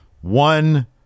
One